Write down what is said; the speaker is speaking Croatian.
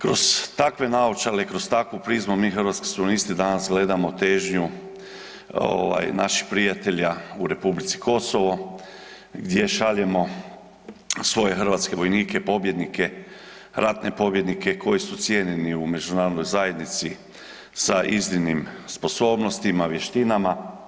Kroz takve naočale i kroz takvu prizmu mi, Hrvatski suverenisti danas gledamo težnju naših prijatelja u R. Kosovo gdje šaljemo svoje hrvatske vojnike, pobjednike, ratne pobjednike koji su cijenjeni u međunarodnoj zajednici sa iznimnim sposobnostima, vještinama.